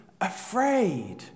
afraid